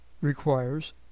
requires